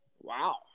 Wow